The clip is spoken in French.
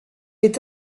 est